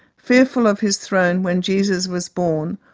fearful of his throne when jesus was born,